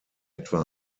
etwa